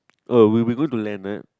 oh we will be going to Leonard